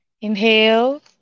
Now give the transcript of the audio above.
Inhale